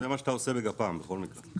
זה מה שאתה עושה לגפ"מ, בכל מקרה.